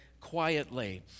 quietly